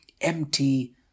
Empty